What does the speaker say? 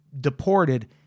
deported